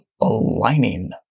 aligning